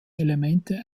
elemente